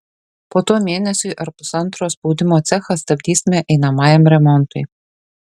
po to mėnesiui ar pusantro spaudimo cechą stabdysime einamajam remontui